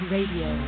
Radio